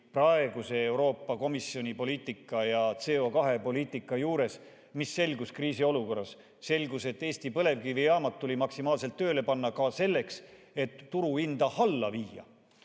praeguse Euroopa Komisjoni CO2-poliitika juures kriisiolukorras? Selgus, et Eesti põlevkivijaamad tuli maksimaalselt tööle panna ka selleks, et turuhinda alla viia.